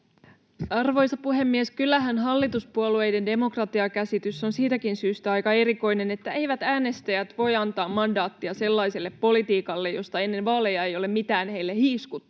Arvoisa puhemies! Kyllähän hallituspuolueiden demokratiakäsitys on siitäkin syystä aika erikoinen, että eivät äänestäjät voi antaa mandaattia sellaiselle politiikalle, josta ennen vaaleja ei ole mitään heille hiiskuttu.